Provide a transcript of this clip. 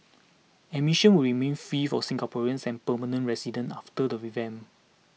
admission will remain free for Singaporeans and permanent residents after the revamp